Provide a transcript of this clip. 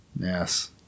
Yes